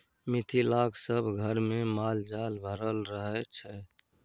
मिथिलाक सभ घरमे माल जाल भरल रहय छै